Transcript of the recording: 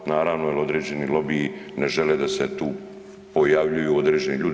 Naravno, jer određeni lobiji ne žele da se tu pojavljuju određeni ljudi.